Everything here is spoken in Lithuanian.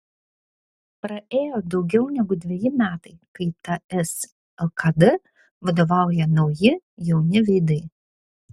praėjo daugiau negu dveji metai kai ts lkd vadovauja nauji jauni veidai